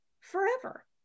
forever